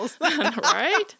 Right